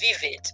vivid